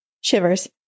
Shivers